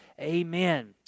amen